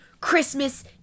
Christmas